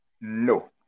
No